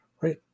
Right